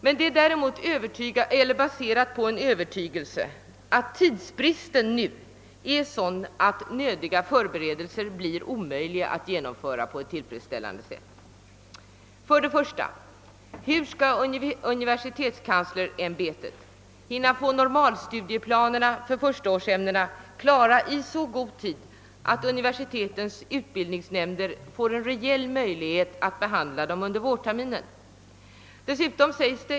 Den är däremot baserad på en övertygelse om att tidsbristen är sådan att nödiga förberedelser blir omöjliga att genomföra på ett tillfredsställande sätt. Den första frågan är hur universitetskanslersämbetet skall hinna få normalstudieplanerna för förstaårsämnena klara i så god tid, att universitetens utbildningsnämnder får en reell möjlighet att behandla dem under vårterminen.